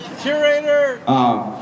Curator